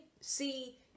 see